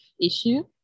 issue